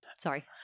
Sorry